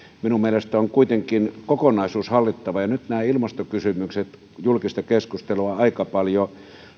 minun mielestäni on kuitenkin kokonaisuus hallittava kun nämä ilmastokysymykset julkista keskustelua nyt aika paljon